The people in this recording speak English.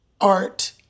art